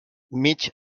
mig